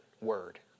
word